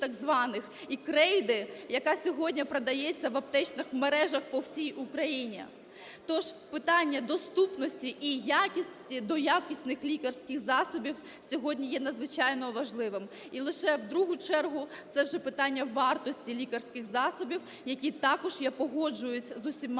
і крейди, яка сьогодні продається в аптечних мережах по всій Україні. Тож питання доступності і якості до якісних лікарських засобів сьогодні є надзвичайно важливим. І лише в другу чергу це вже питання вартості лікарських засобів, які також, я погоджуюся з усіма